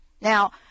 Now